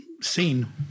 scene